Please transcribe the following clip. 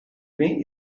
meet